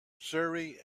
surrey